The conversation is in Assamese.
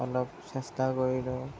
অলপ চেষ্টা কৰিলোঁ